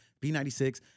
B96